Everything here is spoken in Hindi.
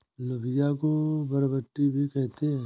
लोबिया को बरबट्टी भी कहते हैं